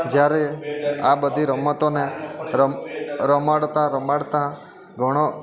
જયારે આ બધી રમતોને રમાડતાં રમાડતાં ઘણો